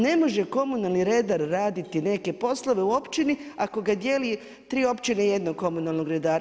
Ne može komunalni redar raditi neke poslove u općini ako ga dijeli tri općine jednog komunalnog redara.